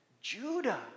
Judah